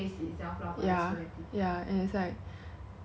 and it's like I me~ we don't eat 牛肉 lah